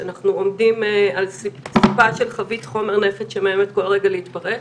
שאנחנו עומדים על סיפה של חבית חומר נפץ שמאיימת כל רגע להתפרץ.